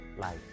life